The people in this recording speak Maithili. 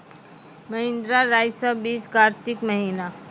महिंद्रा रईसा बीज कार्तिक महीना?